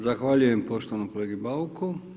Zahvaljujem poštovanom kolegi Bauku.